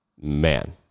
Man